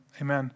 Amen